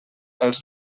els